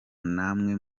namwe